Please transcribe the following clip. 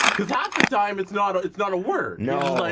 because half of the time it's not a, it's not a word. no, like